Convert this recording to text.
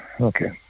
Okay